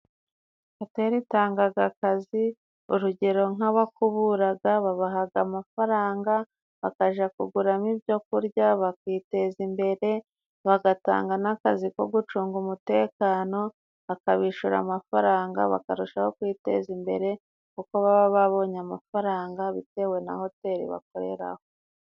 Hoteli itangaga akazi. Urugero nk'abakuburaga babahaga amafaranga, bakaja kuguramo ibyo kurya bakiteza imbere. Bagatanga n'akazi ko gucunga umutekano, bakabishura amafaranga bakarushaho kwiteza imbere, kuko baba babonye amafaranga bitewe na hoteli bakoreraho.